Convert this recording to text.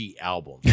album